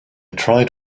tried